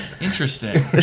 interesting